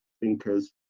thinkers